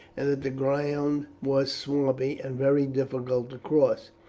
and that the ground was swampy and very difficult to cross.